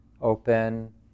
open